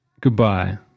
goodbye